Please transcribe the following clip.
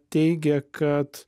teigia kad